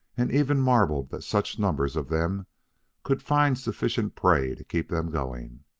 and even marveled that such numbers of them could find sufficient prey to keep them going.